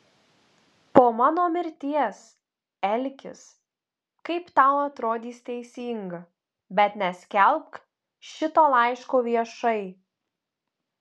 po mano mirties elkis kaip tau atrodys teisinga bet neskelbk šito laiško viešai